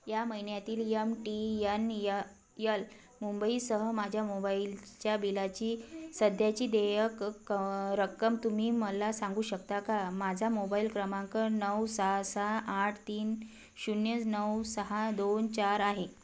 या महिन्यातील M T N L मुंबईसह माझ्या मोबाईलच्या बिलाची सध्याची देयक क रक्कम तुम्ही मला सांगू शकता का माझा मोबाईल क्रमांक नऊ सहा सहा आठ तीन शून्य नऊ सहा दोन चार आहे